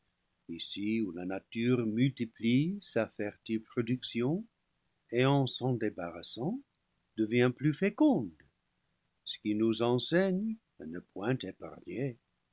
ici où la nature multiplie sa fertile production et en s'en dé barrassant devient plus féconde ce qui nous enseigne à ne point épargner